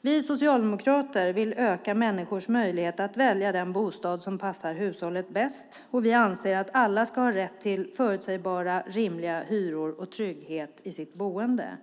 Vi socialdemokrater vill öka människors möjlighet att välja den bostad som passar hushållet bäst, och vi anser att alla ska ha rätt till förutsägbara rimliga hyror och trygghet i sitt boende.